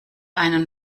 einen